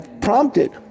prompted